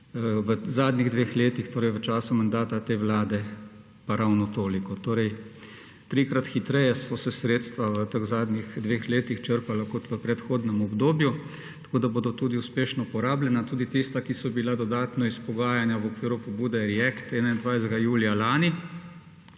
v zadnjih dveh letih, torej v času mandata te vlade, pa ravno toliko. Torej trikrat hitreje so se sredstva v teh zadnjih dveh letih črpala, kot v predhodnem obdobju. Uspešno bodo porabljena tudi tista, ki so bila dodatno izpogajana v okviru pobude REACT–EU 21. julija lani,